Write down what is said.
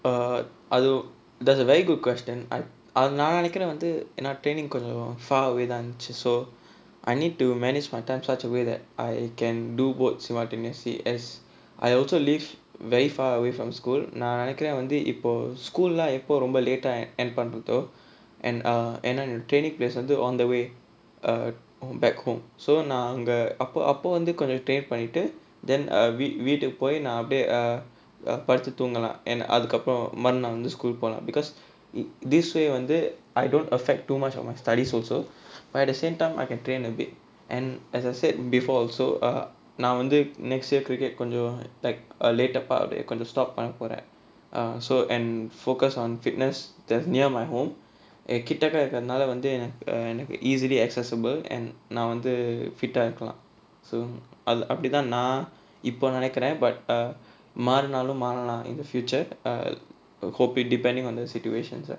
err !aiyo! that's a very good question அது நா நினைக்கிறேன் வந்து ஏனா:athu naa ninaikkiraen vanthu yaenaa training கொஞ்சம்:konjam far away தான் இருந்துச்சு:thaan irunthuchu so I need to manage my time such a way that I can do both simultaneously as I also live very far away from school நா நினைக்கிறன் வந்து இப்போ:naa ninnaikkiraen vanthu ippo school எல்லாம் எப்போ ரொம்ப:ellaam eppo romba late ah பண்றதோ:pandratho and ஏனா என்:yaenaa en training place வந்து:vanthu on the way back home so நா அங்க அப்ப அப்ப வந்து கொஞ்ச:naa anga appa appa vanthu konja train பண்ணிட்டு:pannittu then வீட்டுக்கு போய் நா அப்டியே படுத்து தூங்கலாம்:veetukku poi naa apdiyae paduthu thoongalaam and அதுக்கு அப்புறம் மறுநாள் வந்து:athukku appuram marunaal vanthu school போலாம்:polaam because this way வந்து:vanthu I don't affect too much of my studies also but at the same time I can train a bit and as I said before also err நா வந்து:naa vanthu next year cricket கொஞ்சம்:konjam like a later part கொஞ்சம்:konjam stop பண்ண போறேன்:panna poraen and focus on fitness that is near my home என்கிட்டக இருக்கறனால வந்து எனக்கு:enkittaka irukkaranaala vanthu enakku easily accessible and நா வந்து:naa vanthu fit ah இருக்கலாம்:irukkalaam so அப்படிதான் நான் இப்ப நினைக்கிறன்:appadithaan naan ippa ninaikkiraen but மாறுனாலும் மாறலாம்:maarunaalum maaralaam in the future or hope it depending on the situation so